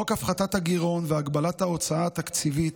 חוק הפחתת הגירעון והגבלת ההוצאה התקציבית,